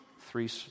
three